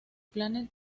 planet